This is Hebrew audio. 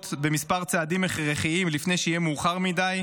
מספר צעדים הכרחיים לפני שיהיה מאוחר מדי,